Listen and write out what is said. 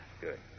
good